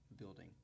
building